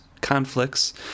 conflicts